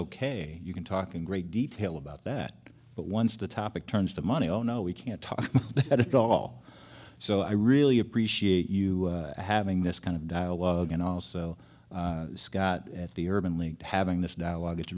ok you can talk in great detail about that but once the topic turns to money oh no we can't talk at all so i really appreciate you having this kind of dialogue and also scott at the urban league having this dialogue it's